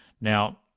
Now